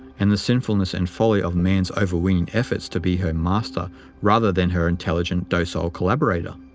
and the sinfulness and folly of man's overweening efforts to be her master rather than her intelligently docile collaborator.